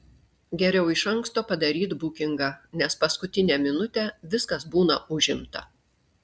geriau iš anksto padaryt bukingą nes paskutinę minutę viskas būna užimta